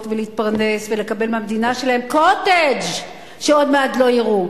ולהתפרנס ולקבל מהמדינה שלהם "קוטג'" שעוד מעט לא יראו.